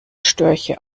störche